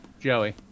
Joey